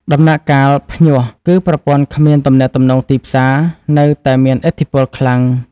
ដំណាក់កាល "ភ្ញាស់"គឺ ប្រព័ន្ធគ្មានទំនាក់ទំនងទីផ្សារនៅតែមានឥទ្ធិពលខ្លាំង។